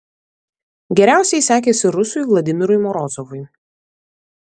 geriausiai sekėsi rusui vladimirui morozovui